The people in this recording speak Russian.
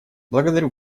благодарю